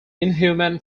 inhuman